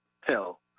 hell